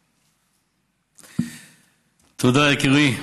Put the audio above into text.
תודה, יקירי.